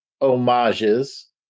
homages